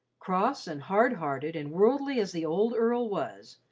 cross, and hard-hearted, and worldly as the old earl was,